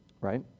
right